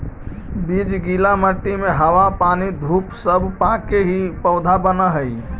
बीज गीला मट्टी में हवा पानी धूप सब पाके ही पौधा बनऽ हइ